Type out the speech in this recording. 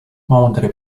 mądry